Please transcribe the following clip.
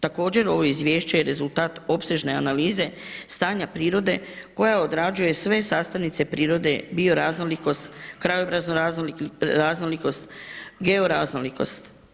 Također, ovo izvješće je rezultat opsežne analize stanja prirode koja odrađuje sve sastavnice prirode, bioraznolikost, krajobraznu raznolikost, georaznolikost.